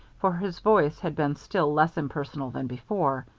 for his voice had been still less impersonal than before.